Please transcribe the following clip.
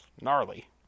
Gnarly